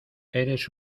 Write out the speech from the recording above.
eres